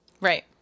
Right